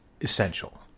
essential